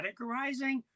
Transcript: categorizing